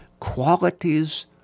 qualities